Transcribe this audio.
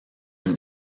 une